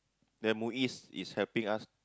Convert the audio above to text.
the M_U_I_S is helping us